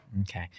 Okay